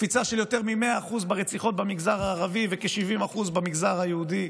קפיצה של יותר מ-100% ברציחות במגזר הערבי וכ-70% במגזר היהודי?